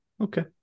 Okay